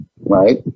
Right